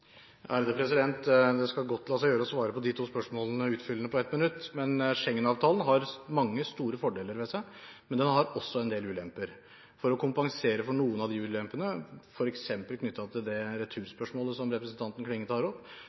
svare utfyllende på de to spørsmålene på ett minutt. Schengen-avtalen har mange store fordeler ved seg, men den har også en del ulemper. For å kompensere for noen av disse ulempene, f.eks. knyttet til returspørsmålet, som representanten Klinge tar opp,